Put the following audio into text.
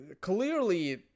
Clearly